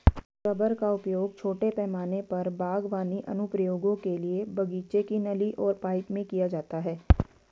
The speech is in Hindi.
रबर का उपयोग छोटे पैमाने पर बागवानी अनुप्रयोगों के लिए बगीचे की नली और पाइप में किया जाता है